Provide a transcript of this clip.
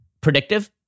predictive